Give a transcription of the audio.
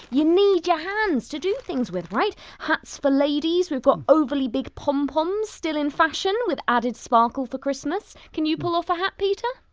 you need your hands to do things with. right, hats for ladies we've got overly big pom poms still in fashion with added sparkle for christmas. can you pull off a hat peter?